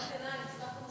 זו ועדת ביניים.